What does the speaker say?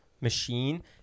machine